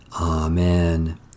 Amen